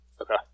Okay